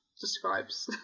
describes